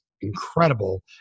incredible